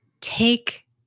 take